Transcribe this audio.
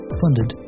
funded